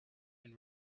been